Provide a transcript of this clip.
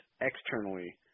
externally